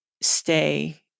stay